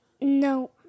No